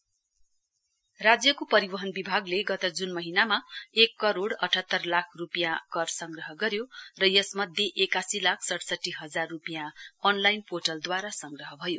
transport राज्यको परिवहन विभागले गत जून महीनामा एक करोड अठातर लाख रूपियाँ कर संग्रह गज्यो र यसमध्ये एकासी लाख सडसठी हजार रूपियाँ अनलाइन पोर्टलद्वारा संग्रह भयो